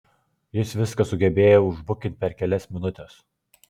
jis viską sugebėjo užbukint per kelias minutes